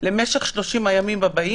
למשך 30 הימים הבאים,